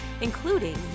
including